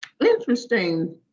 Interesting